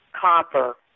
copper